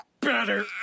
better